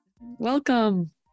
Welcome